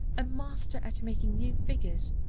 a master at making new figures,